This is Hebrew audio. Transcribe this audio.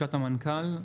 לשכת המנכ"ל,